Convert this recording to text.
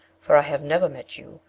for i have never met you,